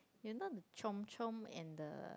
you know the Chomp-Chomp and the